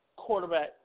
quarterback